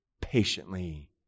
patiently